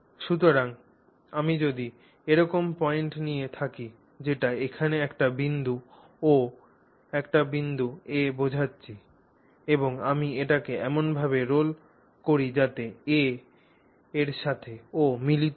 সুতরাং আমি যদি এরকম পয়েন্ট নিয়ে থাকি যেটা এখানে একটি বিন্দু O একটি বিন্দু A বোঝাচ্ছি এবং আমি এটিকে এমনভাবে রোল করি যাতে A এর সাথে O মিলিত হয়